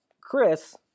Chris